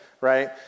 right